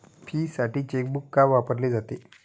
फीसाठी चेकबुक का वापरले जाते?